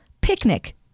Picnic